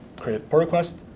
create pull request.